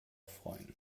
freuen